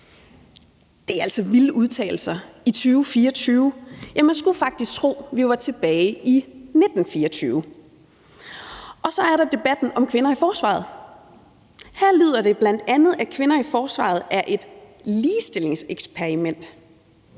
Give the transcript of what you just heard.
Det er altså vilde udtalelser i 2024. Ja, man skulle faktisk tro, at vi var tilbage i 1924. Så er der debatten om kvinder i forsvaret. Her lyder det bl.a., at kvinder i forsvaret er et ligestillingseksperiment,